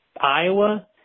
Iowa